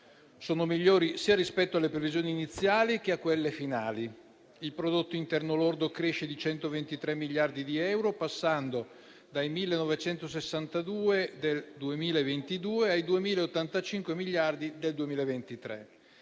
sono migliorati sia rispetto alle previsioni iniziali, sia rispetto a quelle finali. Il prodotto interno lordo cresce di 123 miliardi di euro, passando dai 1.962 del 2022 ai 2.085 miliardi del 2023.